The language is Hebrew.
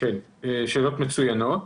שאלות מצוינות.